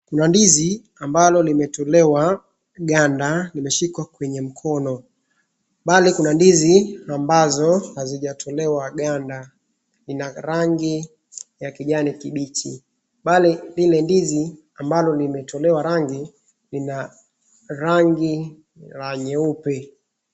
Kuna ndizi ambalo limetolewa ganda limeshikwa kwenye mkono. Pale kuna ndizi ambazo hazijatolewa ganda lina rangi ya kijani kimbichi .Pale lile ndizi ambalo limetolewa rangi lina rangi la nyeupe.